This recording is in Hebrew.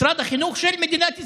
משרד החינוך של מדינת ישראל,